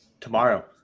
Tomorrow